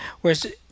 Whereas